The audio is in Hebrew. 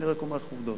אני רק אומר לך עובדות.